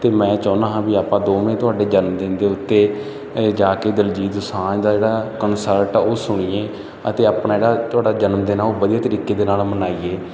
ਅਤੇ ਮੈਂ ਚਾਹੁੰਦਾ ਹਾਂ ਵੀ ਆਪਾਂ ਦੋਵੇਂ ਤੁਹਾਡੇ ਜਨਮਦਿਨ ਦੇ ਉੱਤੇ ਜਾ ਕੇ ਦਿਲਜੀਤ ਦੁਸਾਂਝ ਦਾ ਜਿਹੜਾ ਕੰਸਰਟ ਆ ਉਹ ਸੁਣੀਏ ਅਤੇ ਆਪਣਾ ਜਿਹੜਾ ਤੁਹਾਡਾ ਜਨਮਦਿਨ ਆ ਉਹ ਵਧੀਆ ਤਰੀਕੇ ਦੇ ਨਾਲ ਮਨਾਈਏ